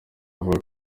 avuga